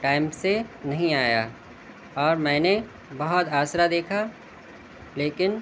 time سے نہیں آیا اور میں نے بہت آسرا دیکھا لیکن